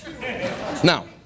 Now